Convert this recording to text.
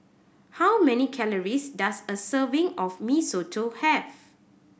how many calories does a serving of Mee Soto have